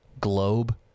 globe